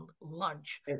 lunch